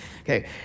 Okay